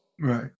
Right